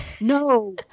no